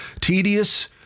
tedious